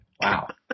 Wow